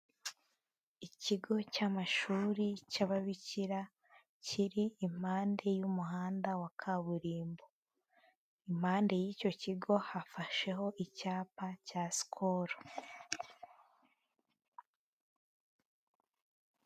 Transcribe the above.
Ikigo cy'amashuri cy'ababikira, kiri impande y'umuhanda wa kaburimbo, impande y'icyo kigo hafasheho icyapa cya Skol.